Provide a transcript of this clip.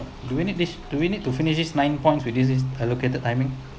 do we need this we need to finish this nine points with this allocated timing